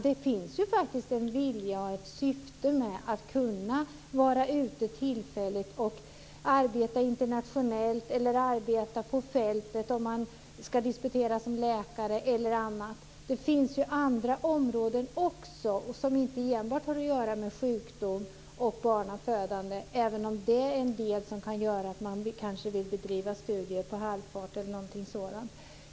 Det finns faktiskt ett syfte med att var ute tillfälligt och arbeta internationellt eller arbeta på fältet om man ska disputera som läkare. Det finns andra områden också som inte enbart har att göra med sjukdom och barnafödande, även om det är något som kan göra att man vill bedriva studier på halvfart.